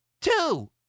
Two